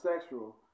sexual